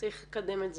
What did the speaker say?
צריך לקדם את זה.